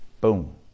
boom